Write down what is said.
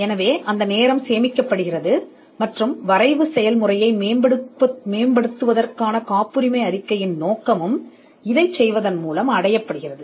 எனவே அந்த நேரம் சேமிக்கப்படுகிறது மற்றும் வரைவு செயல்முறையை மேம்படுத்துவதற்கான காப்புரிமை அறிக்கையின் நோக்கமும் இதைச் செய்வதன் மூலம் அடையப்படுகிறது